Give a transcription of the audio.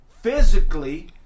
physically